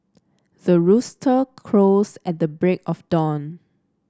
the rooster crows at the break of dawn